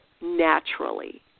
naturally